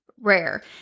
Rare